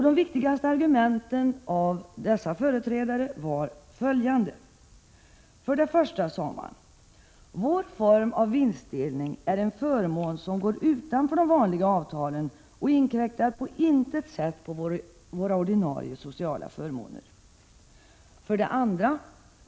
De viktigaste argumenten som dessa företrädare framförde var följande: 1. Vår form av vinstdelning är en förmån som går utanför de vanliga avtalen och som på intet sätt inkräktar på våra ordinarie sociala förmåner. 2.